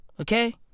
Okay